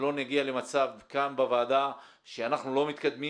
שלא נגיע למצב כאן בוועדה שאנחנו לא מתקדמים